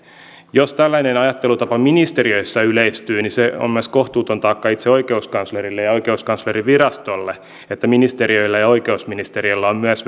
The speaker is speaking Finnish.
jos tällainen ajattelutapa ministeriöissä yleistyy niin se on myös kohtuuton taakka itse oikeuskanslerille ja oikeuskanslerinvirastolle eli ministeriöillä ja oikeusministeriöllä on myös